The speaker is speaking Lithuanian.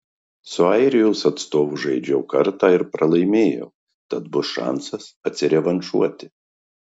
su airijos atstovu žaidžiau kartą ir pralaimėjau tad bus šansas atsirevanšuoti